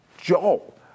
Joel